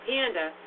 Panda